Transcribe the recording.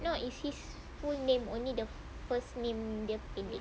no is his his full name only the first name dia pendek